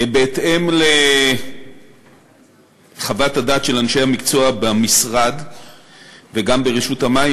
בהתאם לחוות הדעת של אנשי המקצוע במשרד וגם ברשות המים,